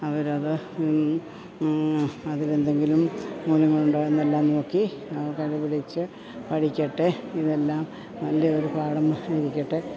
അവരത് അതിലെന്തെങ്കിലും മൂല്യങ്ങളുണ്ടോ എന്നെല്ലാം നോക്കി കണ്ടു പിടിച്ച് പഠിക്കട്ടെ ഇതെല്ലാം നല്ലയൊരു പാഠം ഇരിക്കട്ടെ